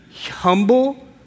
humble